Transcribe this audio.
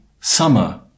summer